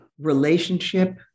relationship